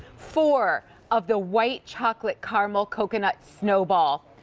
four of the white chocolate caramel coconut snowball.